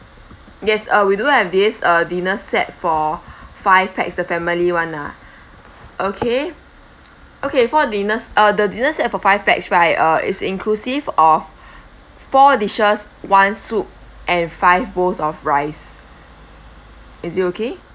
yes uh we do have this uh dinner set for five pax the family [one] lah okay okay for dinner s~ uh the dinner set for five pax right uh is inclusive of four dishes one soup and five bowls of rice is it okay